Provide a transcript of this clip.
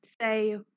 say